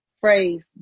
phrase